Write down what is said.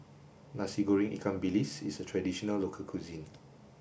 Nasi Goreng Ikan Bilis is a traditional local cuisine